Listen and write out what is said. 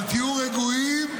אבל תהיו רגועים,